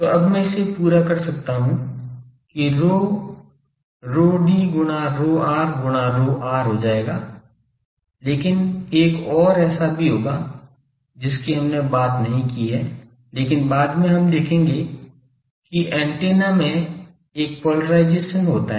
तो अब मैं इसे पूरा कर सकता हूं कि ρ ρd गुणा ρr गुणा ρr हो जाएगा लेकिन एक और ऐसा भी होगा जिसकी हमने बात नहीं की है लेकिन बाद में हम देखेंगे कि एंटीना में एक पोलराइजेशन होता है